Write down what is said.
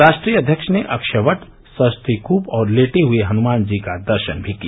राष्ट्रीय अध्यक्ष ने अक्षय वट सरस्वती कूप और लेटे हये हनुमान जी का दर्शन भी किया